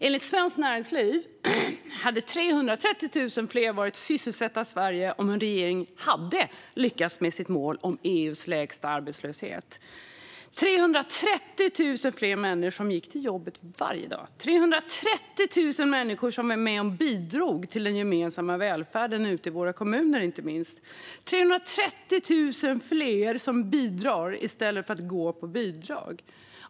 Enligt Svenskt Näringsliv hade 330 000 fler varit sysselsatta i Sverige om regeringen hade lyckats med sitt mål om EU:s lägsta arbetslöshet - 330 000 fler människor som gick till jobbet varje dag, 330 000 människor som var med och bidrog till den gemensamma välvärden, inte minst ute i våra kommuner, 330 000 fler som bidrar i stället för att gå på bidrag.